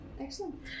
Excellent